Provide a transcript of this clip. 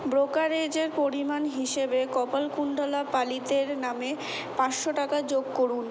ব্রোকারেজের পরিমাণ হিসেবে কপালকুণ্ডলা পালিতের নামে পাঁচশো টাকা যোগ করুন